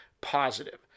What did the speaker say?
positive